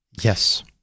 Yes